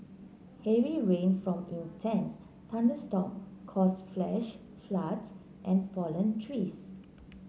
heavy rain from intense thunderstorm caused flash floods and fallen trees